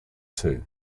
too